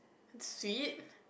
sweet